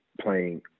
playing